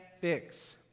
fix